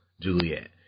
Juliet